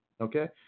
Okay